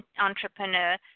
entrepreneur